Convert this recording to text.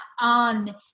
on